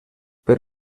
per